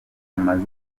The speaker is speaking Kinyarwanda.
amaze